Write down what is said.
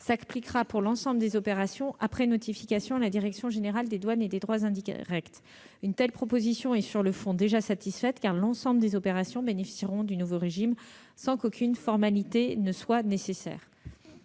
s'appliquera pour l'ensemble des opérations après notification à la direction générale des douanes et droits indirects (DGDDI). Une telle proposition est, sur le fond, satisfaite, car l'ensemble des opérations bénéficieront du nouveau régime sans qu'aucune formalité ne soit nécessaire.